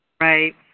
Right